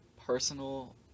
personal